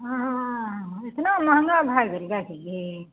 हँ इतना महँगा भए गेल गायके घी